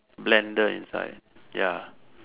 blender inside ya